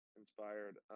inspired